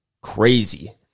crazy